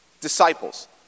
disciples